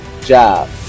job